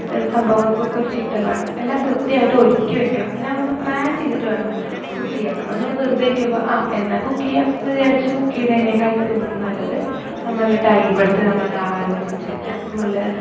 ഇത് സംഭവങ്ങൾക്കൊരു ചിട്ട വേണം എല്ലാം കൃത്യമായിട്ട് ഒരുക്കി വെക്കണം എല്ലാം ഒന്ന് പ്ലാൻ ചെയ്തിട്ട് വേണം കുക്ക് ചെയ്യാൻ നമ്മളിങ്ങനെ വെറുതെ ഇരിക്കുമ്പോൾ ആ എന്നാൽ കുക്ക് ചെയ്യാം എന്ന് വിചാരിച്ച് കുക്ക് ചെയ്യുന്നതിനേക്കാൾ എനിക്ക് തോന്നുന്നു നല്ലത് നമ്മൾ എല്ലാം ടൈമെടുത്ത് നമ്മെല്ലാം ആലോചിച്ച് നമ്മെല്ലാം